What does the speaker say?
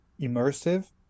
immersive